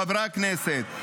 חברי הכנסת,